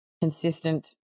consistent